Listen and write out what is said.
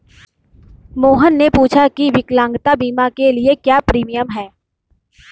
मोहन ने पूछा की विकलांगता बीमा के लिए क्या प्रीमियम है?